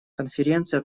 конференция